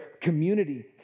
community